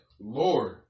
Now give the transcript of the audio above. Lord